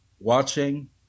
watching